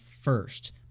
first